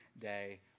day